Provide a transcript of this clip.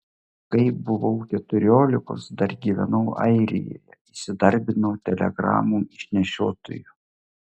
kai buvau keturiolikos dar gyvenau airijoje įsidarbinau telegramų išnešiotoju